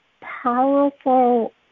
powerful